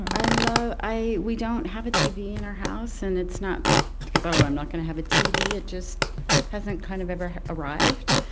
i love we don't have a tv in our house, and it's not because, oh, i'm not going to have a tv. it just hasn't kind of ever arrived,